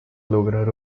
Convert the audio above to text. lograr